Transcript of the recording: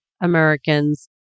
Americans